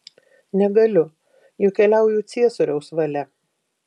negaliu juk keliauju ciesoriaus valia